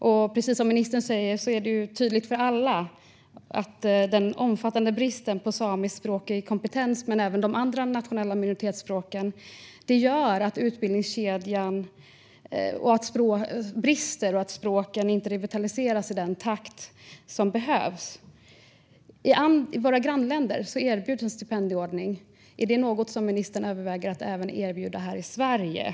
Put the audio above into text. Det är, precis som ministern säger, tydligt för alla att den omfattande bristen på samiskspråkig kompetens, men även kompetens i de andra minoritetsspråken, gör att utbildningskedjan brister och att språken inte revitaliseras i den takt som behövs. I våra grannländer erbjuds en stipendieordning. Är det något som ministern överväger att även Sverige ska erbjuda?